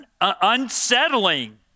unsettling